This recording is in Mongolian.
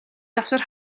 завсар